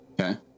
Okay